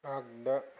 आग्दा